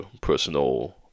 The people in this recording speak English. Personal